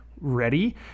ready